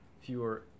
fewer